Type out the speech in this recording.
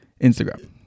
Instagram